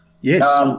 Yes